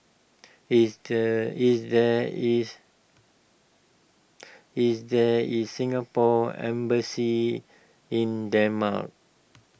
is the is there is is there is Singapore Embassy in Denmark